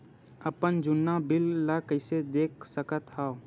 अपन जुन्ना बिल ला कइसे देख सकत हाव?